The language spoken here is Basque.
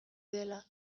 dela